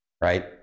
Right